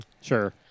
Sure